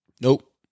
Nope